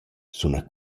suna